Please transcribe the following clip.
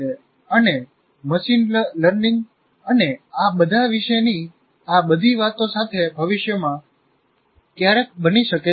આઈ અને machine learning અને આ બધા વિશેની આ બધી વાતો સાથે ભવિષ્યમાં કયારેક બની શકે છે